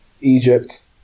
Egypt